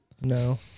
No